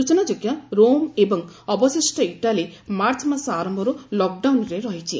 ସୂଚନାଯୋଗ୍ୟ ରୋମ୍ ଏବଂ ଅବଶିଷ୍ଟ ଇଟାଲୀ ମାର୍ଚ୍ଚମାସ ଆରମ୍ଭରୁ ଲକ୍ଡାଉନ୍ରେ ରହିଛି